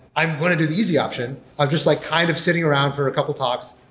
i'm going to do the easy option of just like kind of sitting around for a couple of talks,